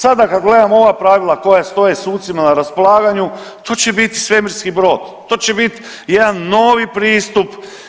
Sada kada gledam ova pravila koja stoje sucima na raspolaganju, to će biti svemirski brod, to će bit jedan novi pristup.